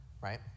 right